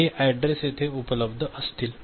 तर हे अॅड्रेस येथे उपलब्ध असतील